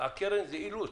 הקרן היא אילוץ.